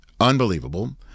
unbelievable